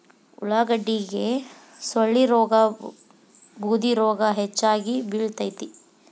ಉಳಾಗಡ್ಡಿಗೆ ಸೊಳ್ಳಿರೋಗಾ ಬೂದಿರೋಗಾ ಹೆಚ್ಚಾಗಿ ಬಿಳತೈತಿ